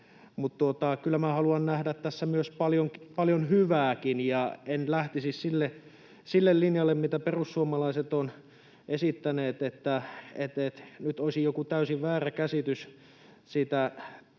mutta kyllä minä haluan nähdä tässä paljon hyvääkin, ja en lähtisi sille linjalle, mitä perussuomalaiset ovat esittäneet, että nyt olisi joku täysin väärä käsitys siitä